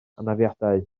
anafiadau